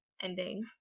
ending